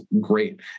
great